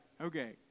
okay